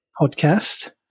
podcast